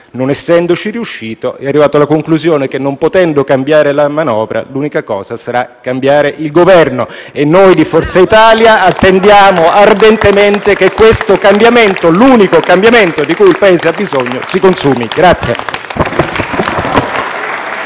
non essendoci riuscito, è arrivato alla conclusione che, non potendo cambiare la manovra, l'unica cosa sarà cambiare il Governo. *(Applausi dal Gruppo FI-BP)*. Noi di Forza Italia attendiamo ardentemente che questo cambiamento, l'unico cambiamento di cui il Paese ha bisogno, si consumi.